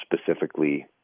specifically